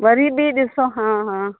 वरी बि ॾिसो हा हा